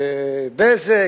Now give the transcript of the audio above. "בזק",